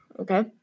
Okay